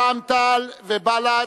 רע"ם-תע"ל ובל"ד,